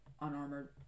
unarmored